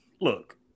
look